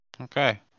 okay